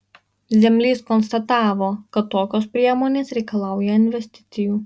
zemlys konstatavo kad tokios priemonės reikalauja investicijų